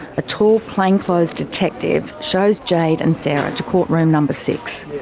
a tall plain clothes detective shows jade and sarah to courtroom number six.